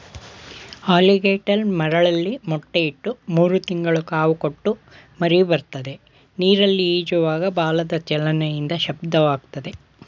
alligator ಮರಳಲ್ಲಿ ಮೊಟ್ಟೆ ಇಟ್ಟು ಮೂರು ತಿಂಗಳು ಕಾವು ಕೊಟ್ಟು ಮರಿಬರ್ತದೆ ನೀರಲ್ಲಿ ಈಜುವಾಗ ಬಾಲದ ಚಲನೆಯಿಂದ ಶಬ್ದವಾಗ್ತದೆ